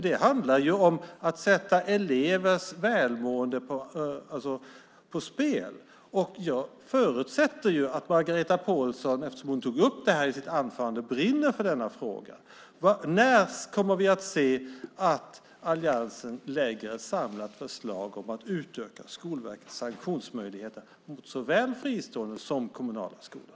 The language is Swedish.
Det handlar om att sätta elevers välmående på spel. Jag förutsätter att Margareta Pålsson, eftersom hon tog upp detta i sitt anförande, brinner för denna fråga. När kommer vi att se alliansen lägga fram ett samlat förslag om att utöka sanktionsmöjligheterna mot såväl friskolor som kommunala skolor?